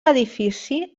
edifici